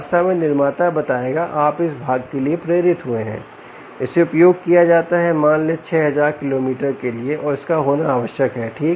वास्तव में निर्माता बताएगा आप इस भाग के लिए प्रेरित हुए हैं इसे उपयोग किया जाता है मान लें 6000 किलो मीटर के लिए और इसका होना आवश्यक है ठीक